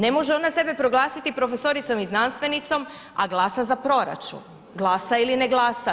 Ne može ona sebe proglasiti profesoricom i znanstvenicom, a glasa za proračun, glasa ili ne glasa.